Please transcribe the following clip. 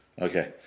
Okay